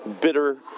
bitter